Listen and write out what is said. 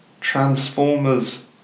Transformers